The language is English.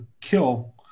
kill